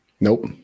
Nope